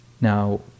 Now